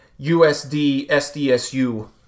USD-SDSU